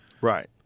Right